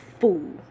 fool